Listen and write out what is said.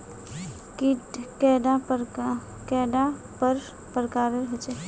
कीट कैडा पर प्रकारेर होचे?